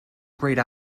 grayed